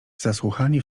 zasłuchani